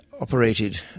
operated